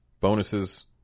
bonuses